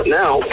now